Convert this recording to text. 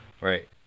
right